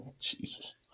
Jesus